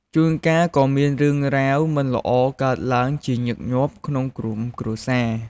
ជួនកាលក៏មានរឿងរ៉ាវមិនល្អកើតឡើងជាញឹកញាប់ក្នុងក្រុមគ្រួសារ។